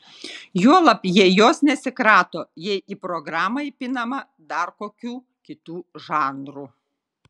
juolab jie jos nesikrato jei į programą įpinama dar kokių kitų žanrų